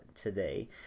today